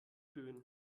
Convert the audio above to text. böen